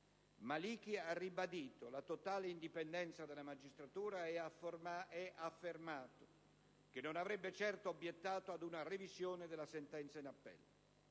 Maliki ha ribadito la totale indipendenza della magistratura e ha affermato che non avrebbe certo obiettato ad una revisione della sentenza in appello.